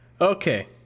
Okay